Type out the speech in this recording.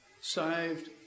Saved